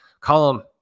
Column